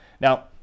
Now